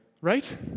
Right